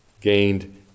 gained